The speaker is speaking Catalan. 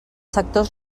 sectors